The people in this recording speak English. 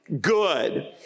Good